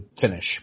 finish